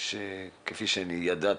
כפי שידעתי,